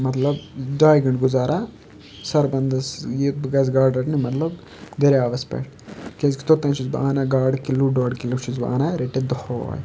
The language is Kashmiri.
مطلب ڈاے گٲنٛٹہٕ گُزاران سَربندَس یہِ بہٕ گژھٕ گاڈ رَٹنہٕ مطلب دٔریاوَس پیٚٹھ کیازکہِ توٚتانۍ چھُس بہٕ اَنان گاڈٕ کِلوٗ ڈۄڈ کِلوٗ چھُس بہٕ اَنان رٔٹِتھ دۄہے